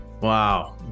Wow